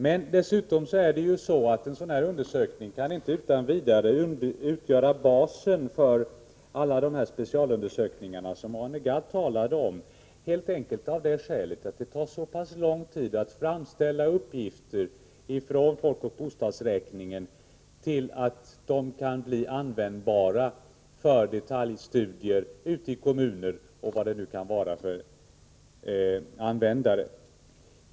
Men dessutom är det så att en sådan undersökning inte utan vidare kan utgöra en bas för alla de specialundersökningar som Arne Gadd talade om, helt enkelt av det skälet att det tar så pass lång tid att bearbeta uppgifterna från folkoch bostadsräkningen innan de blir användbara för detaljstudier ute i kommuner och bland andra användare.